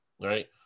right